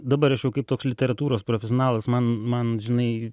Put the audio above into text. dabar aš jau kaip toks literatūros profesionalas man man žinai